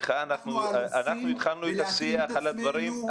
אנחנו התחלנו את השיח על הדברים,